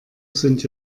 sind